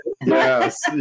yes